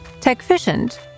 Techficient